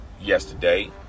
yesterday